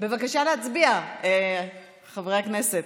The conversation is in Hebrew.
בבקשה להצביע, חברי הכנסת.